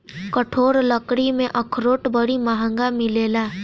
कठोर लकड़ी में अखरोट बड़ी महँग मिलेला